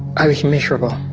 i was miserable.